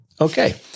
Okay